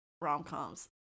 rom-coms